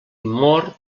mor